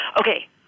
okay